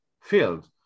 field